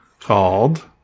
called